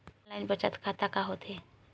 Online बचत खाता का होथे?